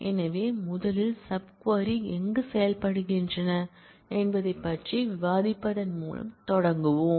எனவே முதலில் subquery எங்கு செயல்படுகின்றன என்பதைப் பற்றி விவாதிப்பதன் மூலம் தொடங்குவோம்